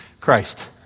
Christ